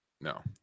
No